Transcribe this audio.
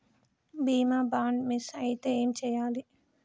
బీమా bond miss అయితే ఏం చేయాలి?